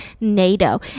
nato